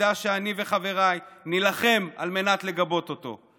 שידע שאני וחבריי נילחם על מנת לגבות אותו.